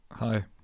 Hi